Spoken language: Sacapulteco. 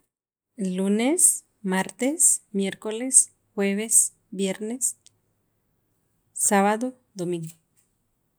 lunes, martes, miércoles, jueves, viernes, sábado, domingo